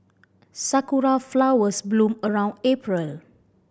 sakura flowers bloom around April